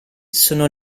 sono